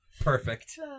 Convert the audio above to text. Perfect